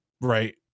right